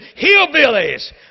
hillbillies